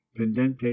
Pendente